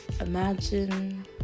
imagine